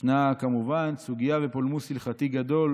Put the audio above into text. ישנה כמובן סוגיה ופולמוס הלכתי גדול